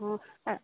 অঁ অঁ